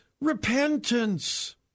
repentance